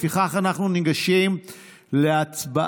לפיכך, אנחנו ניגשים להצבעה